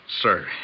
sir